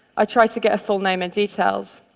i try to get a full name and details.